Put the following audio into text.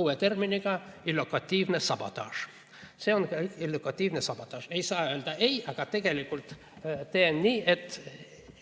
uue terminiga "illokutiivne sabotaaž". See on illokutiivne sabotaaž. Ei saa öelda ei, aga tegelikult teen nii, et